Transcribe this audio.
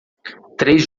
três